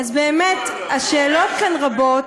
באמת, השאלות כאן רבות.